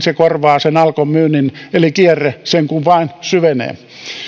korvaa sen alkon myynnin eli kierre sen kun vain syvenee